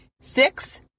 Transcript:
Six